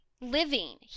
Living